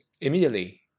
immediately